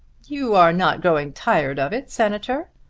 you are not growing tired of it, senator?